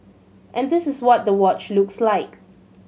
and this is what the watch looks like